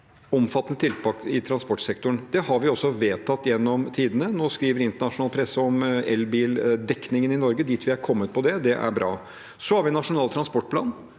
omfattende tiltak i transportsektoren. Det har vi også vedtatt gjennom tidene. Nå skriver internasjonal presse om elbildekningen i Norge, om dit vi er kommet på det – det er bra. Så har vi Nasjonal transportplan,